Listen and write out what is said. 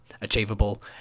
achievable